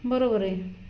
बरोबर आहे